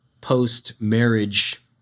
post-marriage